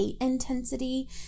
intensity